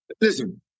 Listen